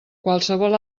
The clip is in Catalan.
qualsevol